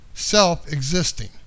self-existing